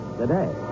today